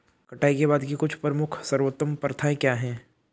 कटाई के बाद की कुछ प्रमुख सर्वोत्तम प्रथाएं क्या हैं?